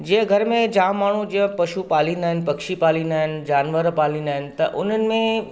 जीअं घर में जाम माण्हू जीअं पशु पालिंदा आहिनि पक्षी पालिंदा आहिनि जानवर पालिंदा आहिनि त उन्हनि में